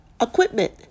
equipment